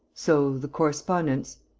so the correspondence.